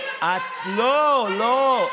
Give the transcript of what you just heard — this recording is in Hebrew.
אני, לא, לא.